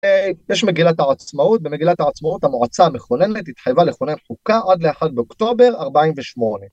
יש מגילת העצמאות במגילת העצמאות המועצה המכוננת התחייבה לכונן חוקה עוד לאחד באוקטובר 48